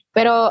Pero